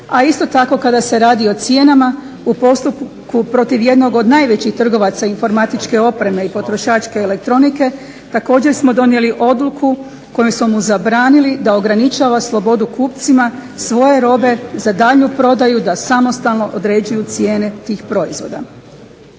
a isto tako kada se radi o cijenama u postupku protiv jednog od najvećih trgovaca informatičke opreme i potrošačke elektronike također smo donijeli odluku kojom su mu zabranili da ograničava slobodu kupcima svoje robe za daljnju prodaju da samostalno određuju cijene tih proizvoda.